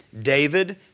David